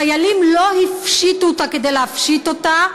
חיילים לא הפשיטו אותה כדי להפשיט אותה,